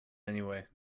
anyway